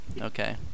Okay